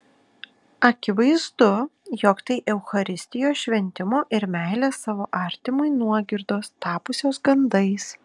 akivaizdu jog tai eucharistijos šventimo ir meilės savo artimui nuogirdos tapusios gandais